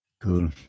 cool